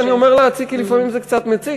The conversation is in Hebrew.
אני אומר "להציק" כי לפעמים זה קצת מציק,